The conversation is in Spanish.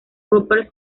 rupert